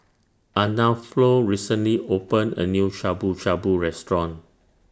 Arnulfo recently opened A New Shabu Shabu Restaurant